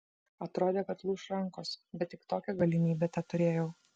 atrodė kad lūš rankos bet tik tokią galimybę teturėjau